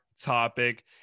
topic